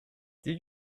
did